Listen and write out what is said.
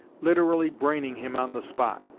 literally braining him on the spot.